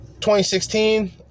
2016